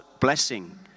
blessing